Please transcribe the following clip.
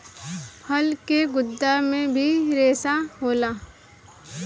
फल के गुद्दा मे भी रेसा होला